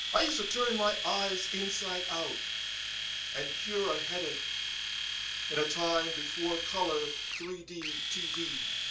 i used to turn my eyes inside-out and cure a headache in a time before color three d tv,